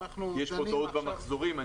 יש פה טעות במחזורים.